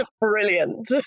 brilliant